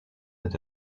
and